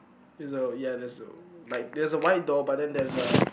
is a ya there's a like there's a white door but then there's a